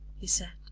he said,